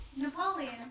Napoleon